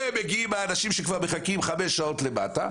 ומגיעים אנשים שכבר מחכים חמש שעות למטה,